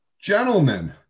Gentlemen